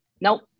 Nope